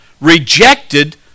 rejected